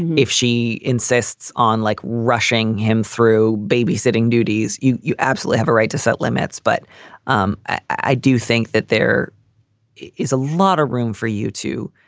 if she insists on like rushing him through babysitting duties, you you absolutely have a right to set limits. but um i do think that there is a lot of room for you to.